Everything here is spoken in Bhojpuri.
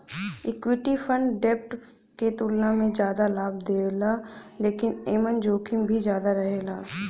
इक्विटी फण्ड डेब्ट के तुलना में जादा लाभ देला लेकिन एमन जोखिम भी ज्यादा रहेला